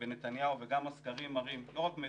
בנתניהו וגם הסקרים לא רק מאתמול,